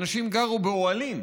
אנשים גרו באוהלים.